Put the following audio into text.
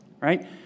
right